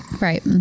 right